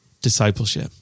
discipleship